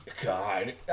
God